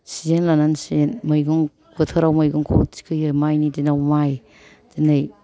season लानानै सिजेन मैगं बोथोराव मैगंखौ थिखोयो माइनि दिनआव माइ दिनै